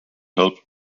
help